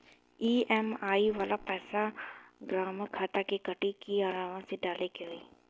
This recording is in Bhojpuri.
ई.एम.आई वाला पैसा हाम्रा खाता से कटी की अलावा से डाले के होई?